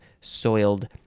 soiled